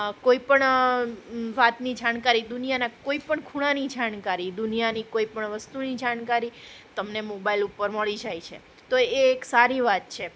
કોઈ પણ વાતની જાણકારી દુનિયાના કોઈ પણ ખૂણાની જાણકારી દુનિયાની કોઈ પણ વસ્તુની જાણકારી તમને મોબાઈલ ઉપર મળી જાય છે તો એક સારી વાત છે